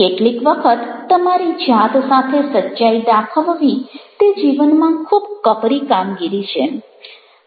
કેટલીક વખત તમારી જાત સાથે સચ્ચાઈ દાખવવી તે જીવનમાં ખૂબ કપરી કામગીરી છે